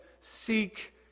seek